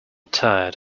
tired